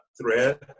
thread